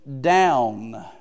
down